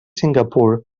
singapur